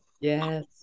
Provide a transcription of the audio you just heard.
Yes